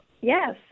Yes